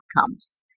outcomes